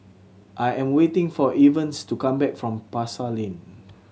I am waiting for Evans to come back from Pasar Lane